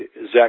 Zach